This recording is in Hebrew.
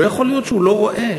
לא יכול להיות שהוא לא רואה